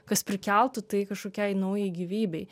kas prikeltų tai kažkokiai naujai gyvybei